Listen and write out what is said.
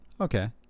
okay